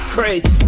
Crazy